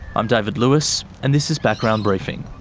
i'm david lewis, and this is background briefing.